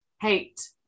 Hate